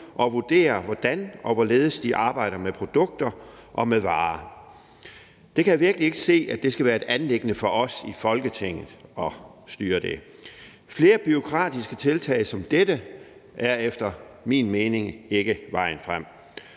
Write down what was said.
og vurdere, hvordan og hvorledes de arbejder med produkter og med varer. Det kan jeg virkelig ikke se skal være et anlæggende for os i Folketinget at styre. Flere bureaukratiske tiltag som dette er efter min mening ikke vejen frem.